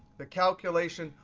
the calculation,